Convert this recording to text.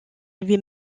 lui